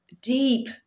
deep